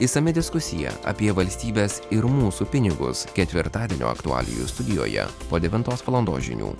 išsami diskusija apie valstybės ir mūsų pinigus ketvirtadienio aktualijų studijoje po devintos valandos žinių